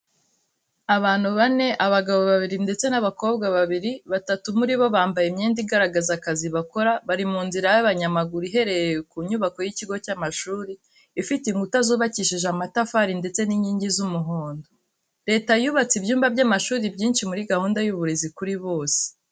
Abantu bane, abagabo babiri ndetse n’abakobwa babiri, batatu muri bo bambaye imyenda igaragaza akazi bakora. Bari mu nzira y’abanyamaguru iherereye ku nyubako y'ikigo cy'amashuri, ifite inkuta zubakishije amatafari ndetse n’inkingi z’umuhondo. Leta yubatse ibyumba by'amashuri byinshi muri gahunda y’uburezi kuri bose.